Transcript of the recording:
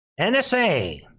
NSA